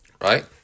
Right